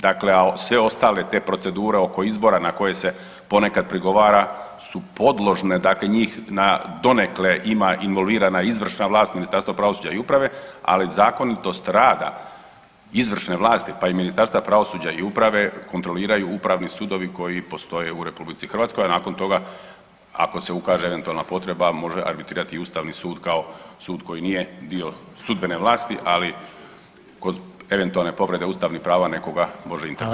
Dakle, sve ostale te procedure oko izbora na koje se ponekad prigovara su podložne, dakle njih donekle ima involvirana izvršna vlast, Ministarstvo pravosuđa i uprave ali zakonitost rada izvršne vlasti, pa i Ministarstva pravosuđa i uprave kontroliraju upravni sudovi koji postoje u Republici Hrvatskoj a nakon toga ako se ukaže eventualna potreba može arbitrirati i Ustavni sud kao sud koji nije dio sudbene vlasti, ali kod eventualne povrede ustavnih prava nekoga može intervenirati.